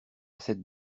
cette